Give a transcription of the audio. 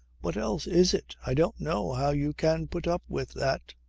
what else is it? i don't know how you can put up with that.